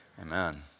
amen